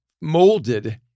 molded